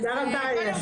תודה רבה.